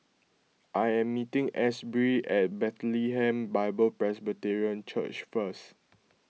I am meeting Asberry at Bethlehem Bible Presbyterian Church first